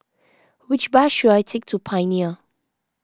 which bus should I take to Pioneer